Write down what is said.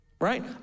Right